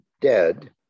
dead